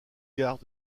gares